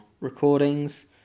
recordings